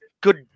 good